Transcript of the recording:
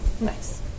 Nice